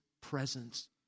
presence